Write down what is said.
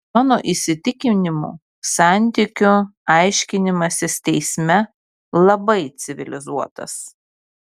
mano įsitikinimu santykių aiškinimasis teisme labai civilizuotas